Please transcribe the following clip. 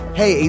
hey